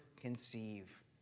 conceive